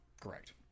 Correct